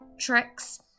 tricks